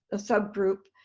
a subgroup,